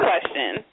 question